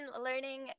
learning